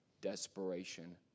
desperation